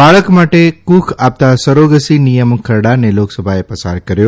બાળક માટે ક્રખ આપતા સરોગસી નિયમન ખરડાને લોકસભાએ પસાર કર્યો